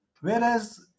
Whereas